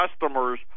customers